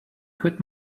could